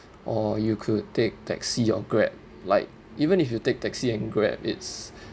or you could take taxi or grab like even if you take taxi and grab it's